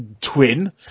twin